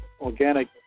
Organic